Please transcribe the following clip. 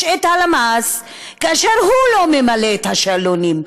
את הלמ"ס כאשר הוא לא ממלא את השאלונים,